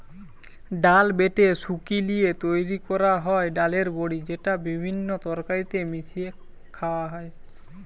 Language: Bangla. ডাল বেটে শুকি লিয়ে তৈরি কোরা হয় ডালের বড়ি যেটা বিভিন্ন তরকারিতে মিশিয়ে খায়া হয়